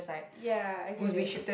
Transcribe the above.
ya I get it